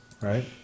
right